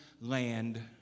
land